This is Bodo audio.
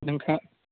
नोंथां